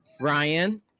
Ryan